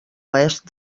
oest